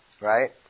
Right